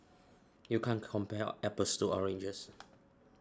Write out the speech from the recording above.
you can't compare apples to oranges